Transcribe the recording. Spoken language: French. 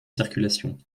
circulation